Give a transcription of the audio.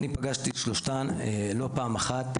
אני פגשתי את שלושתן לא פעם אחת,